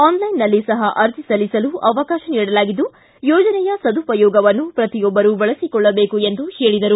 ಆನ್ಲೈನ್ನಲ್ಲಿ ಸಹ ಅರ್ಜಿ ಸಲ್ಲಿಸಲು ಅವಕಾಶ ನೀಡಲಾಗಿದ್ದು ಯೋಜನೆಯ ಸದುಪಯೋಗವನ್ನು ಪ್ರತಿಯೊಬ್ಬರು ಬಳಸಿಕೊಳ್ಳಬೇಕು ಎಂದರು